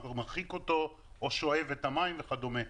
מרחיק אותו או שואב את המים וכדומה.